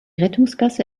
rettungsgasse